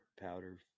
powder